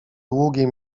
długie